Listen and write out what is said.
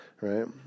right